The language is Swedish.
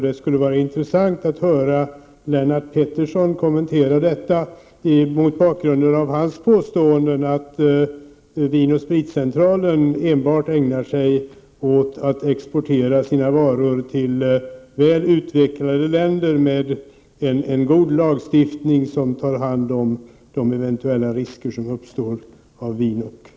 Det skulle vara intressant också att höra Lennart Pettersson kommentera detta, mot bakgrund av hans påstående att Vin & Spritcentralen enbart ägnar sig åt att exportera sina varor till väl utvecklade länder med en god lagstiftning som tar hand om de eventuella risker som uppstår av vin och sprit.